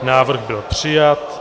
Návrh byl přijat.